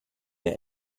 der